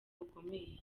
bukomeye